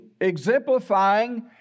exemplifying